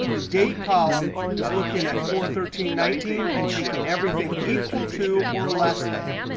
the date column is looking at four thirteen nineteen and taking everything equal to or less than.